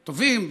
טובים,